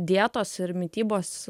dietos ir mitybos